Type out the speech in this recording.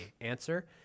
Answer